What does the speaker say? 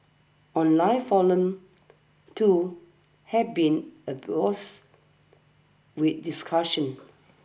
online forums too have been abuzz with discussion